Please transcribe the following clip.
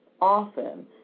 often